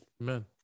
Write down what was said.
Amen